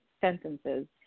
sentences